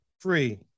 Free